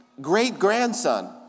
great-grandson